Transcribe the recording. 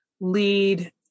lead